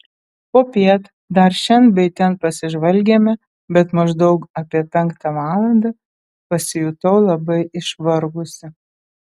popiet dar šen bei ten pasižvalgėme bet maždaug apie penktą valandą pasijutau labai išvargusi